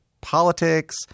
politics